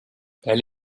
elle